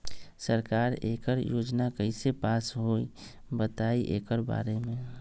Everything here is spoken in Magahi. सरकार एकड़ योजना कईसे पास होई बताई एकर बारे मे?